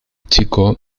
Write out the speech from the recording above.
chico